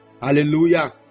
Hallelujah